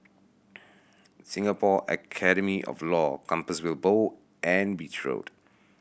Singapore Academy of Law Compassvale Bow and Beach Road